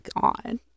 god